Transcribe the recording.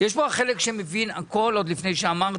יש פה את החלק שמבין הכול עוד לפני שאמרת,